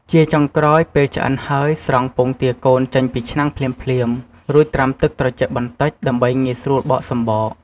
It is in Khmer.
ជាចុងក្រោយពេលឆ្អិនហើយ ស្រង់ពងទាកូនចេញពីឆ្នាំងភ្លាមៗ រួចត្រាំក្នុងទឹកត្រជាក់បន្តិច ដើម្បីងាយស្រួលបកសំបក។